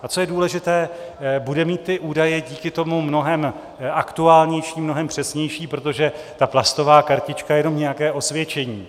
A co je důležité bude mít ty údaje díky tomu mnohem aktuálnější, mnohem přesnější, protože ta plastová kartička je jenom nějaké osvědčení.